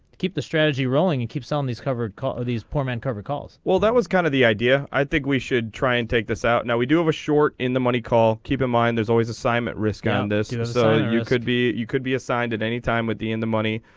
keep the strategy rolling and keeps on these covered call ah these poor men covered calls well that was kind of the idea i think we should try and take this out now we do a short in the money call keep in mind there's always assignment risk on this you design. your could be you could be assigned and anytime with the in the money.